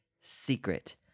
secret